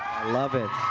love it.